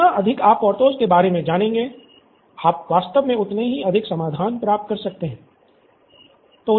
जितना अधिक आप पोर्थोस के बारे में जानेंगे आप वास्तव में उतने ही अधिक समाधान प्राप्त कर सकते हैं